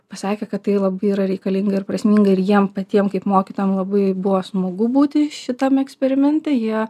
pasakė kad tai labai yra reikalinga ir prasminga ir jiem patiem kaip mokytojam labai buvo smagu būti šitame eksperimente jie